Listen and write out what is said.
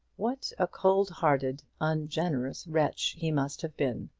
what a cold-hearted, ungenerous wretch he must have been!